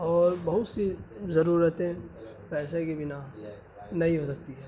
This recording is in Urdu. اور بہت سی ضرورتیں پیسے کے بنا نہیں ہو سکتی ہے